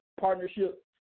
partnership